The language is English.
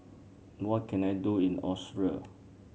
what can I do in Austria